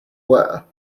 were